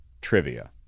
trivia